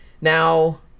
Now